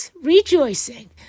rejoicing